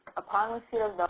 upon receipt of but